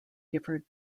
gifford